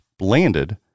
landed